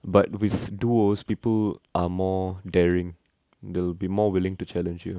but with duos people are more daring they will be more willing to challenge you